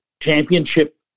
Championship